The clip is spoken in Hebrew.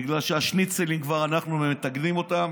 בגלל שאנחנו כבר מטגנים את השניצלים.